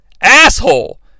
Asshole